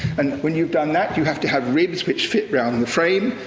and when you've done that, you have to have ribs which fit round the frame,